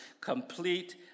complete